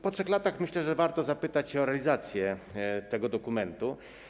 Po 3 latach myślę, że warto zapytać o realizację tego dokumentu.